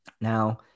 now